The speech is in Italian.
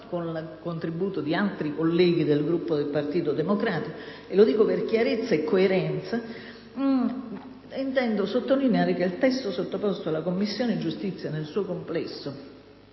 con il contributo di altri colleghi del Gruppo del Partito Democratico, lo dico per chiarezza e coerenza), che il testo sottoposto alla Commissione giustizia nel suo complesso